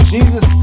Jesus